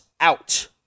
out